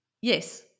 Yes